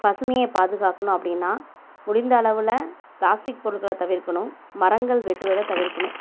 பசுமையை பாதுகாக்கணும் அப்படினா முடிந்தளவில பிளாஸ்டிக் பொருள்களை தவிர்க்கணும் மரங்கள் வெட்டுவதை தவிர்க்கணும்